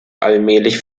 allmählich